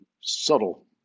subtle